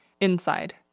Inside